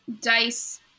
dice